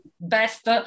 best